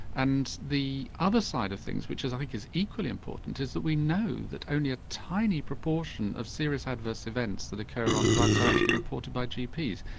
and the other side of things, which i think is equally important, is that we know that only a tiny proportion of serious adverse events that occur on drugs are actually reported by gps.